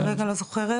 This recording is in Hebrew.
אני כרגע לא זוכרת.